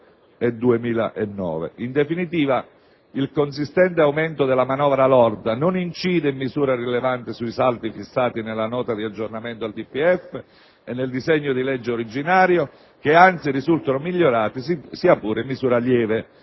In definitiva, il consistente aumento della manovra lorda non incide in misura rilevante sui saldi fissati nella nota di aggiornamento al DPEF e nel disegno di legge originario, che anzi risultano migliorati, sia pure in misura lieve.